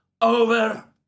over